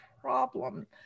problem